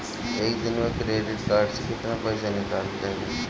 एक दिन मे क्रेडिट कार्ड से कितना पैसा निकल जाई?